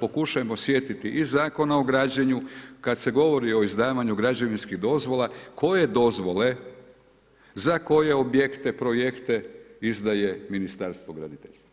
pokušajmo sjetiti i Zakona o građenju kad se govori o izdavanju građevinskih dozvola, koje dozvole za koje objekte, projekte izdaje Ministarstvo graditeljstva.